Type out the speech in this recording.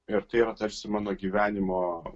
ir tai yra tarsi mano gyvenimo